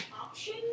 option